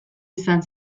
izan